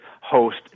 host